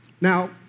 Now